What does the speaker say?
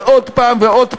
ועוד הפעם ועוד הפעם,